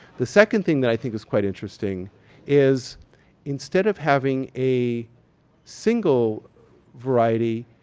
the second thing that i think is quite interesting is instead of having a single variety,